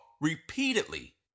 repeatedly